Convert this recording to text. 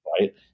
right